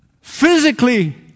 Physically